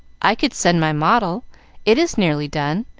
i could send my model it is nearly done.